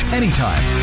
anytime